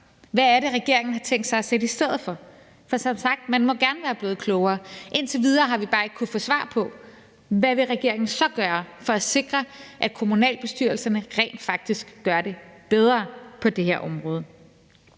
Hvad er det, regeringen har tænkt sig at sætte i stedet for? Som sagt må man gerne være blevet klogere. Indtil videre har vi bare ikke kunnet få svar på, hvad regeringen så vil gøre for at sikre, at kommunalbestyrelserne rent faktisk gør det bedre på det her område.